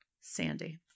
Sandy